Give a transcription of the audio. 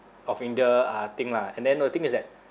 of india uh thing lah and then the thing is that